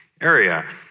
area